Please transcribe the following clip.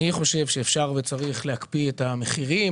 אני חושב שאפשר וצריך להקפיא את המחירים.